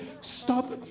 Stop